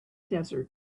desert